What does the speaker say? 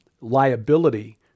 liability